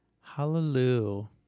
Hallelujah